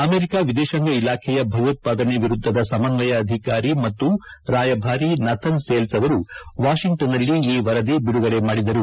America ವಿದೇಶಾಂಗ ಇಲಾಖೆಯ ಭಯೋತ್ವಾದನೆ ವಿರುದ್ದದ ಸಮನ್ವಯ ಅಧಿಕಾರಿ ಮತ್ತು ರಾಯಭಾರಿ ನಥನ್ ಸೇಲ್ಸ್ ಅವರು ವಾಷಿಂಗ್ಟನ್ನಲ್ಲಿ ಈ ವರದಿ ಬಿಡುಗಡೆ ಮಾಡಿದರು